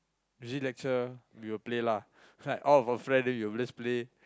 usually lecture we will play lah like all of our friend then you will always play